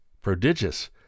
Prodigious